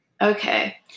Okay